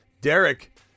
Derek